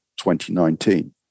2019